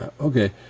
Okay